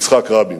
יצחק רבין.